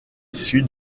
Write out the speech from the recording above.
issu